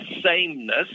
sameness